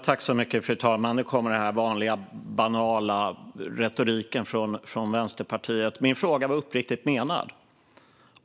Fru talman! Nu kommer den här vanliga banala retoriken från Vänsterpartiet. Min fråga var uppriktigt menad.